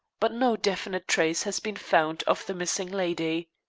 but no definite trace has been found of the missing lady.